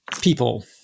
people